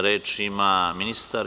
Reč ima ministar.